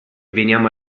veniamo